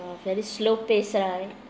ya very slow pace ah right